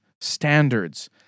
standards